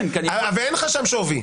ואין לך שם שווי.